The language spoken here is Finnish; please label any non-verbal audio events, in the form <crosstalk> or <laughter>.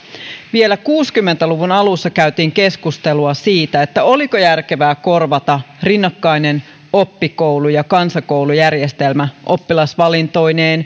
vielä kuusikymmentä luvun alussa käytiin keskustelua siitä oliko järkevää korvata rinnakkainen oppikoulu ja kansakoulujärjestelmä oppilasvalintoineen <unintelligible>